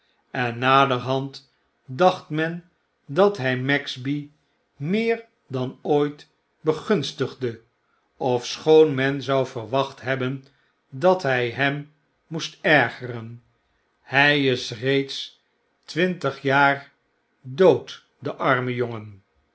en naderhand dacht men dat hy maxby meer dan ooit begunstigde ofschoon men zou verwacht hebben dat hy hem moest ergeren hy is reeds twintig jaar dood de arme jongen